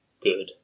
good